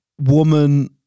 woman